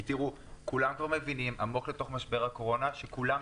כי כולנו מבינים שכתוצאה ממשבר הקורונה כולם נפגעים.